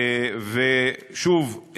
שוב,